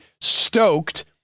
stoked